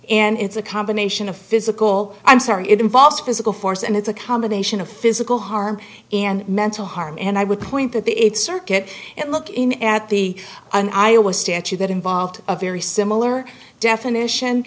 and it's a combination of physical i'm sorry it involves physical force and it's a comma nation of physical harm and mental harm and i would point that the it's circuit and look in at the an iowa statute that involved a very similar definition